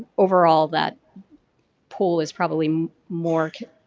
overall that pull is probably more